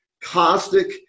caustic